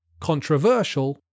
controversial